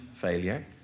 failure